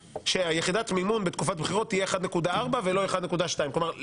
שיחידת מימון בתקופת בחירות תהיה 1.4 ולא 1.2. כלומר,